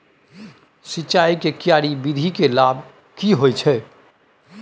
सिंचाई के क्यारी विधी के लाभ की होय छै?